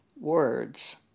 words